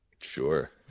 sure